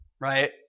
Right